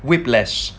whiplash